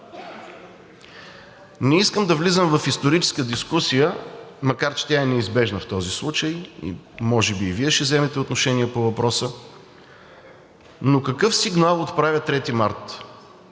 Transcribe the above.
Не искам да влизам в историческа дискусия, макар че тя е неизбежна в този случай, може би, и Вие ще вземете отношение по въпроса, но какъв сигнал отправя 3 март?